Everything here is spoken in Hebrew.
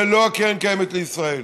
ללא הקרן הקיימת לישראל.